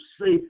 safe